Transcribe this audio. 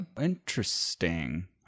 Interesting